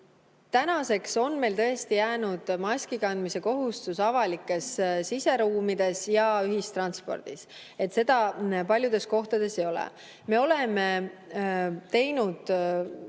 tegelda. Tänaseks on meil tõesti jäänud maskikandmise kohustus avalikes siseruumides ja ühistranspordis. Seda paljudes kohtades ei ole. Me oleme pöördunud